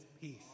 peace